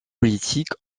politiques